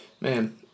Man